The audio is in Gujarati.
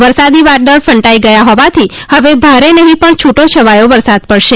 વરસાદી વાદળ ફંટાઇ ગયા હોવાથી હવે ભારે નહીં પણ છુટો છવાયો વરસાદ પડશે